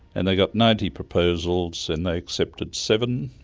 and they got ninety proposals and they accepted seven,